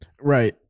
Right